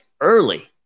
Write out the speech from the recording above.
early